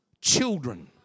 children